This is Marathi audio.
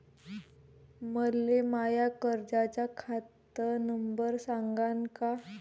मले माया कर्जाचा खात नंबर सांगान का?